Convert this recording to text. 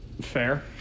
fair